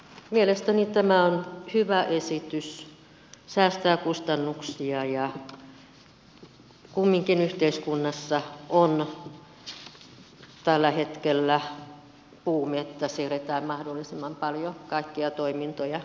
mielestäni tämä on hyvä esitys säästää kustannuksia ja kumminkin yhteiskunnassa on tällä hetkellä buumi että siirretään mahdollisimman paljon kaikkia toimintoja sähköiseksi